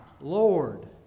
Lord